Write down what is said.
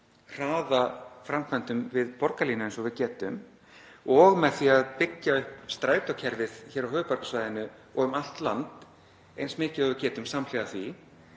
hraða framkvæmdum við borgarlínu eins og við getum og með því að byggja upp strætókerfið hér á höfuðborgarsvæðinu og um allt land eins mikið og við getum samhliða því.